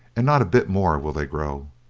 and not a bit more will they grow.